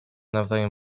nawzajem